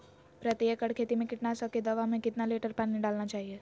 प्रति एकड़ खेती में कीटनाशक की दवा में कितना लीटर पानी डालना चाइए?